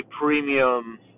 premium